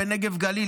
בוועדת הנגב והגליל,